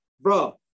bro